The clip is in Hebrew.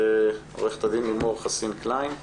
עו"ד לימור חסין קליין מבזק.